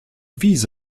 vise